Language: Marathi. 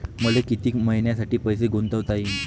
मले कितीक मईन्यासाठी पैसे गुंतवता येईन?